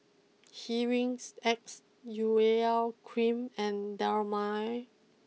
Hygin X Urea cream and Dermale